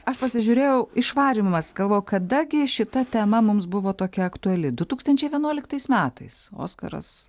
aš pasižiūrėjau išvarymas galvojau kada gi šita tema mums buvo tokia aktuali du tūkstančiai vienuoliktais metais oskaras